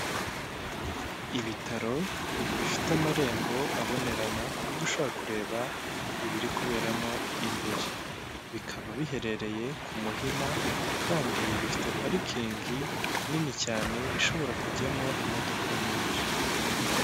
Ibitaro bifite amarembo abonerana ku buryo ushaka kureba ibiri kuberamo imbere, bikaba biherereye ku muhima kandi bifite parikingi nini cyane ishobora kujyamo imodoka nyinshi.